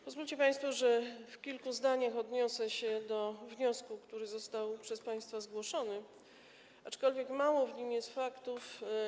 Pozwólcie państwo, że w kilku zdaniach odniosę się do wniosku, który został przez państwa zgłoszony, aczkolwiek mało w nim jest faktów.